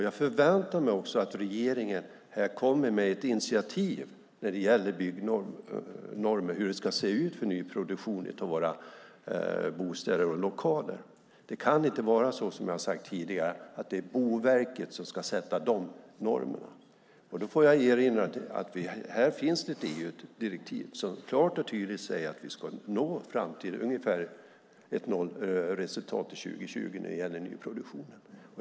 Jag förväntar mig att regeringen kommer med ett initiativ för hur byggnormer ska se ut för nyproduktion av bostäder och lokaler. Det kan inte vara så som jag har sagt tidigare att det är Boverket som ska sätta de normerna. Jag vill erinra om att det här finns ett EU-direktiv som tydligt säger att vi ska nå fram till ungefär ett nollresultat fram till 2020 för nyproduktionen.